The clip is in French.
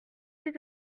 dit